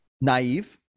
naive